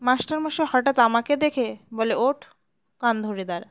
মাস্টারমশাই হঠাৎ আমাকে দেখে বলে ওঠ কান ধরে দাঁড়া